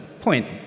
point